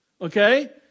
okay